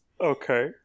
Okay